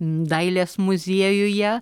dailės muziejuje